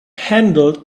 handled